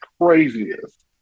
craziest